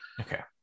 Okay